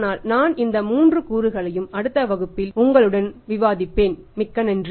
ஆனால் நான் இந்த 3 கூறுகளையும் அடுத்த வகுப்பில் உங்களுடன் விவாதிப்பேன் மிக்க நன்றி